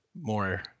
More